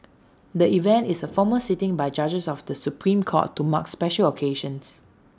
the event is A formal sitting by judges of the Supreme court to mark special occasions